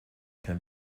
can